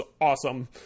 awesome